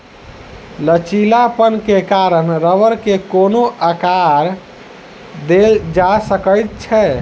लचीलापन के कारण रबड़ के कोनो आकर देल जा सकै छै